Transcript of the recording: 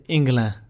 England